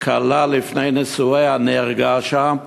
כלה לפני נישואיה נהרגה שם,